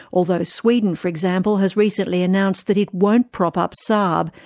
although sweden for example, has recently announced that it won't prop up saab,